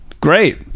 Great